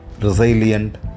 resilient